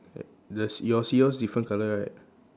does yours yours different colour right